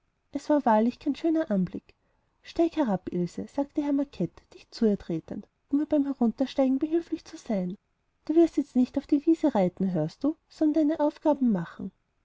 es war wahrlich kein schöner anblick steig herab ilse sagte herr macket dicht zu ihr tretend um ihr beim heruntersteigen behilflich zu sein du wirst jetzt nicht auf die wiese reiten hörst du sondern deine aufgaben machen